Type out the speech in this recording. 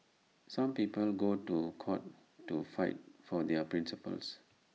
some people go to court to fight for their principles